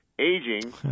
aging